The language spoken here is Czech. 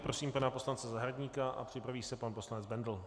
Prosím pana poslance Zahradníka a připraví se pan poslanec Bendl.